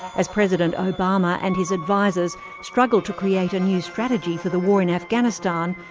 as president obama and his advisers struggle to create a new strategy for the war in afghanistan,